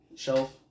Shelf